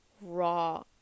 raw